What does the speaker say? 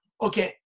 okay